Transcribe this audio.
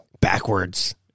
Backwards